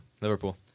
Liverpool